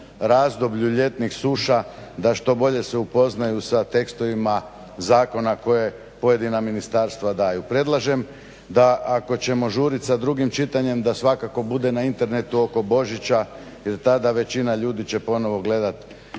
razdoblju ljetnih suša da što bolje se upoznaju sa tekstovima zakona koje pojedina ministarstva daju. Predlažem da ako ćemo žurit sa drugim čitanjem da svakako bude na internetu oko Božića jer tada većina ljudi će ponovo gledat